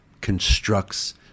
constructs